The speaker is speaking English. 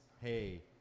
hey